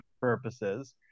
purposes